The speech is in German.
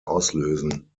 auslösen